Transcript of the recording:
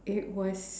it was